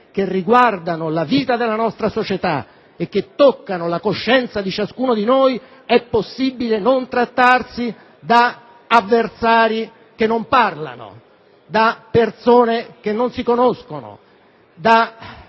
che riguardano la vita della nostra società e che toccano la coscienza di ciascuno di noi, è possibile non trattarsi da avversari che non parlano tra loro, da persone che non si conoscono, da